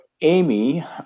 Amy